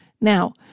Now